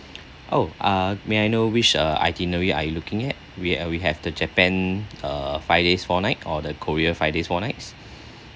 oh uh may I know which uh itinerary are you looking at we we have the japan uh five days four nights or the korea five days four nights